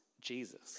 Jesus